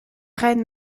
reines